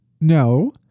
no